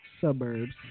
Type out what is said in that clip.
suburbs